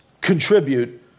contribute